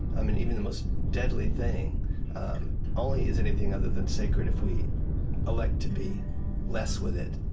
um and even the most deadly thing only is anything other than sacred if we elect to be less with it